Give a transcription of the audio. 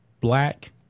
black